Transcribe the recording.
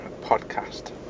podcast